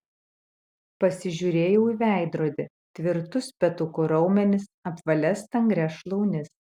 pasižiūrėjau į veidrodį tvirtus petukų raumenis apvalias stangrias šlaunis